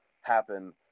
happen